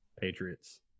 Patriots